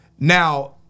Now